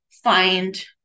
Find